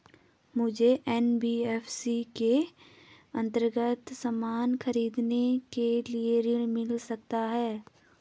मुझे एन.बी.एफ.सी के अन्तर्गत सामान खरीदने के लिए ऋण मिल सकता है?